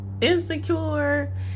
Insecure